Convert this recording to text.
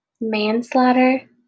Manslaughter